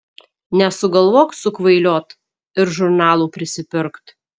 nesugalvok sukvailiot ir žurnalų prisipirkt